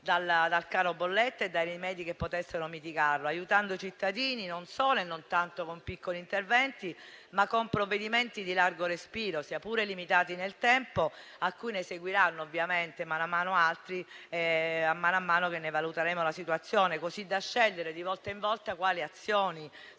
dal caro bollette e dai rimedi che potessero mitigarlo, aiutando i cittadini non solo e non tanto con piccoli interventi, ma con provvedimenti di largo respiro, sia pure limitati nel tempo; ne seguiranno ovviamente altri, a mano a mano che valuteremo la situazione, così da scegliere di volta in volta quali azioni siano